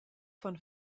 von